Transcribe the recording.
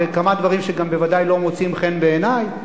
וכמה דברים שגם בוודאי לא מוצאים חן בעיני,